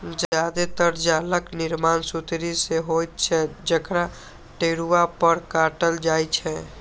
जादेतर जालक निर्माण सुतरी सं होइत छै, जकरा टेरुआ पर काटल जाइ छै